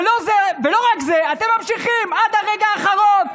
ולא רק זה: אתם ממשיכים עד לרגע האחרון,